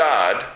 God